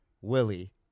Willie